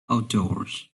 outdoors